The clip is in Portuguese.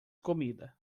comida